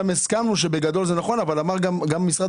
גם הסכמנו שבגדול זה נכון אבל אמר גם משרד